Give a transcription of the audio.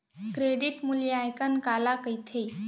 Credit मूल्यांकन काला कहिथे?